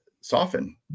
soften